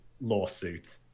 lawsuit